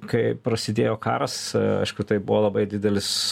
kai prasidėjo karas aišku tai buvo labai didelis